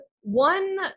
one